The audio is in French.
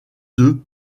deux